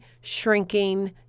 shrinking